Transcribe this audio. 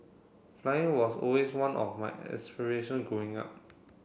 flying was always one of my aspiration growing up